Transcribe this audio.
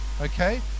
okay